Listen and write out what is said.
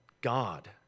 God